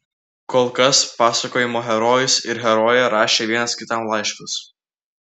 kol kas pasakojimo herojus ir herojė rašė vienas kitam laiškus